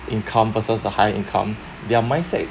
income versus a higher income their mindset